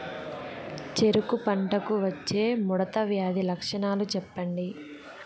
చెరుకు పంటకు వచ్చే ముడత వ్యాధి లక్షణాలు చెప్పండి?